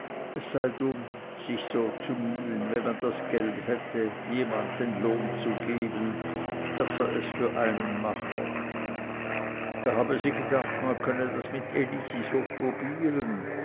es sei dumm sich so zu mühen wenn man das geld hätte jemand den lohn zu geben daß er es für einen mache da habe sie gedacht man könne das mit elisi so probieren